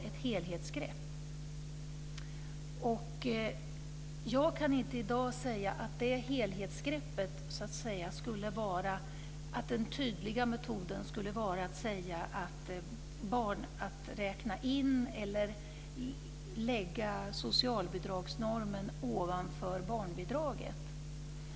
Jag kan i dag inte finna att detta helhetsgrepp skulle utgöras av att vi lägger socialbidragsnormen ovanför barnbidraget.